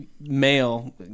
Male